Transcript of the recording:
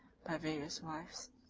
by various wives,